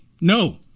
No